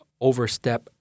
overstep